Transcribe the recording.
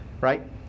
right